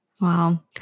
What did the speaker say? Wow